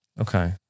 Okay